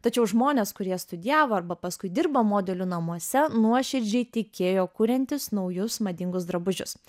tačiau žmonės kurie studijavo arba paskui dirbo modelių namuose nuoširdžiai tikėjo kuriantys naujus madingus drabužius